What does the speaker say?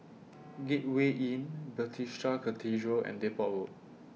Gateway Inn Bethesda Cathedral and Depot Road